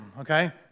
Okay